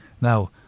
Now